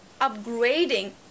upgrading